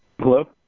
Hello